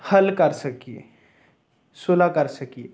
ਹੱਲ ਕਰ ਸਕੀਏ ਸੁਲਹਾ ਕਰ ਸਕੀਏ